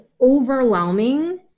overwhelming